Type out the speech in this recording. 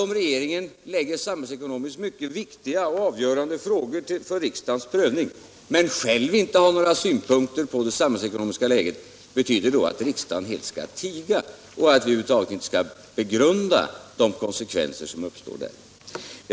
Om regeringen lägger samhällsekonomiskt mycket viktiga och avgörande frågor för riksdagens prövning, men själv inte har några synpunkter på det samhällsekonomiska läget, betyder det alltså att riksdagen helt skall tiga och att vi över huvud taget inte skall begrunda de konsekvenser som kan uppstå.